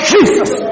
Jesus